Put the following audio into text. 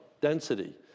density